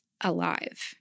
alive